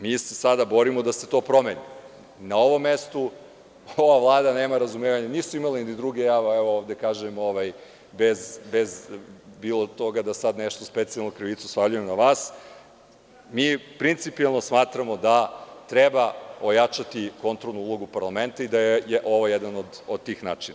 Mi se sada borimo da se to promeni i na ovom mestu ova Vlada nema razumevanja, nisu imale ni druge, ja evo vode kažem bez bilo toga da sada nešto specijalno krivicu svaljujem na vas, mi principijelno smatramo da treba ojačati kontrolnu ulogu parlamenta i da je ovo jedan od tih načina.